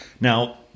Now